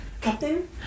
Captain